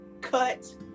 cut